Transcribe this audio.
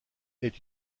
est